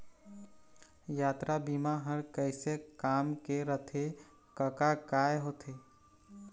यातरा बीमा ह कइसे काम के रथे कका काय होथे?